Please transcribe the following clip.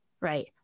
right